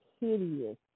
hideous